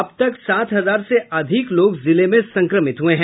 अब तक सात हजार से अधिक लोग जिले में संक्रमित हुये हैं